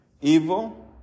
evil